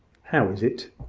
how is it?